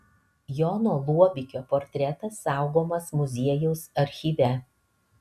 jono luobikio portretas saugomas muziejaus archyve